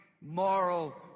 moral